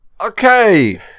Okay